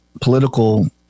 political